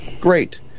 great